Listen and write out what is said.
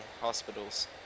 hospitals